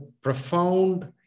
profound